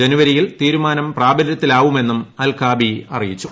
ജനുവരിയിൽ തീരുമാനം പ്രാബല്യത്തിലാവുമെന്നും അൽ കാബി അറിയിച്ചു